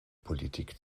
politik